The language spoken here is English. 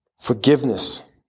Forgiveness